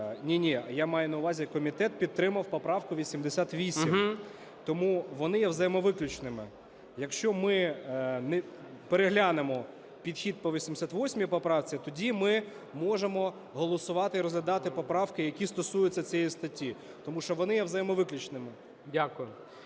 Ні-ні. Я маю на увазі, комітет підтримав поправку 88. Тому вони є взаємовиключними. Якщо ми переглянемо підхід по 88 поправці, тоді ми можемо голосувати і розглядати поправки, які стосуються цієї статті, тому що вони є взаємовиключними.